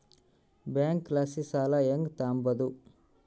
ಬ್ಯಾಂಕಲಾಸಿ ಸಾಲ ಹೆಂಗ್ ತಾಂಬದು?